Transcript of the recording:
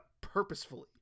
purposefully